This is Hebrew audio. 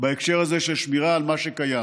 בהקשר הזה של שמירה על מה שקיים.